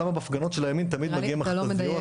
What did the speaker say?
למה בהפגנות של הימין תמיד מגיעים מכת"זיות?